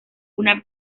una